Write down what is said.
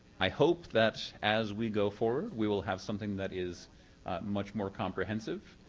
i hope that as we go forward, we will have something that is much more comprehensive,